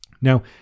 Now